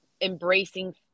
embracing